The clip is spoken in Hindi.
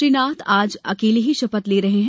श्री नाथ आज अकेले ही शपथ ले रहे हैं